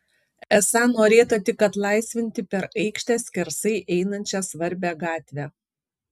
esą norėta tik atlaisvinti per aikštę skersai einančią svarbią gatvę